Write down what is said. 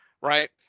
right